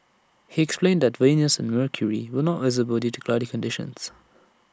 he explained that Venus and mercury were not visible due to cloudy conditions